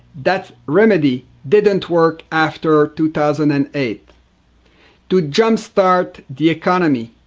that remedy didn't work after two thousand and eight to jumpstart the economy,